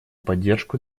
поддержку